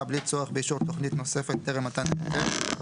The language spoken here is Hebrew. בלי צורך באישור תוכנית נוספת טרם מתן ההיתר,